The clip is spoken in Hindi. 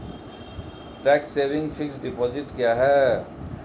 टैक्स सेविंग फिक्स्ड डिपॉजिट क्या है?